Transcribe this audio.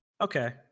Okay